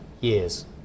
years